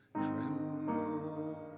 tremble